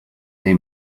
dei